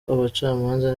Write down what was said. abacamanza